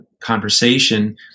conversation